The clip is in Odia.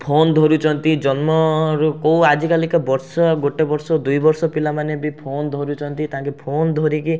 ଫୋନ୍ ଧରୁଛନ୍ତି ଜନ୍ମରୁ କେଉଁ ଆଜିକାଲିକା ବର୍ଷ ଗୋଟେ ବର୍ଷ ଦୁଇବର୍ଷ ପିଲାମାନେ ବି ଫୋନ୍ ଧରୁଛନ୍ତି ତାଙ୍କେ ଫୋନ୍ ଧରିକି